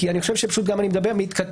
כי אני חושב שאני גם פשוט מדבר על מה שמתכתב